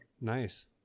Nice